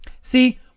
See